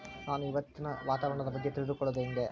ನಾನು ಇವತ್ತಿನ ವಾತಾವರಣದ ಬಗ್ಗೆ ತಿಳಿದುಕೊಳ್ಳೋದು ಹೆಂಗೆ?